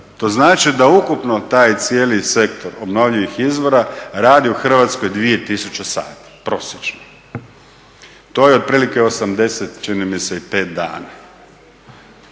to znači da ukupno taj cijeli sektor obnovljivih izvora radi u Hrvatskoj 2 tisuće sati prosječno, to je otprilike 80 čini mi se i 5 dana.